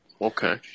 Okay